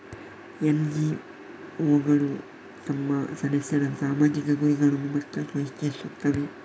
ಎನ್.ಜಿ.ಒಗಳು ತಮ್ಮ ಸದಸ್ಯರ ಸಾಮಾಜಿಕ ಗುರಿಗಳನ್ನು ಮತ್ತಷ್ಟು ಹೆಚ್ಚಿಸುತ್ತವೆ